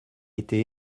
été